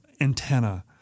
antenna